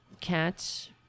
cats